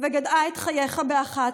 וגדעה את חייך באחת.